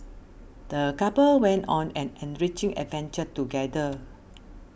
the couple went on an enriching adventure together